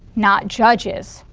not judges,